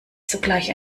sogleich